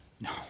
no